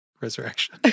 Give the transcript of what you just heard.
resurrection